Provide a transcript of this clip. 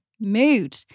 mood